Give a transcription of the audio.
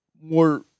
more